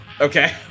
Okay